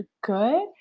good